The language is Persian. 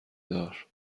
دار